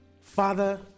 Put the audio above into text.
Father